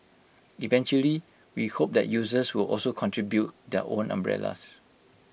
eventually we hope that users will also contribute their own umbrellas